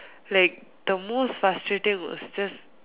like the most frustrating was just